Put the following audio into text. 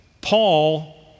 Paul